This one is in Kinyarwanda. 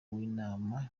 w’inama